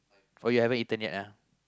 oh you haven't eaten yet ah